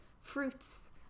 fruits